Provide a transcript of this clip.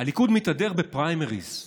הליכוד מתהדר בפריימריז,